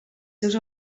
seus